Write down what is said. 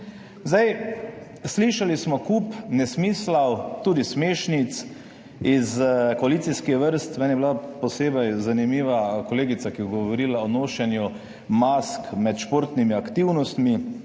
Slišali smo kup nesmislov, tudi smešnic iz koalicijskih vrst. Meni je bila posebej zanimiva kolegica, ki je govorila o nošenju mask med športnimi aktivnostmi,